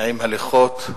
נעים הליכות,